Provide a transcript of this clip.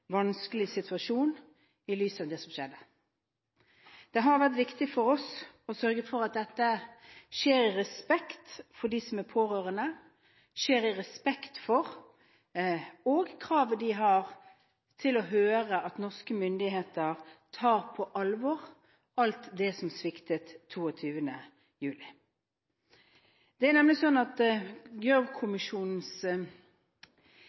vanskelig situasjon i lys av det som skjedde. Det har vært viktig for oss å sørge for at dette skjer i respekt for de pårørende, og at det skjer i respekt for kravet de pårørende har til å høre at norske myndigheter tar på alvor alt det som sviktet 22. juli.